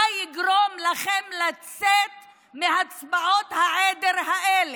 מה יגרום לכם לצאת מהצבעות העדר האלה?